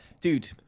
dude